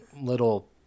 little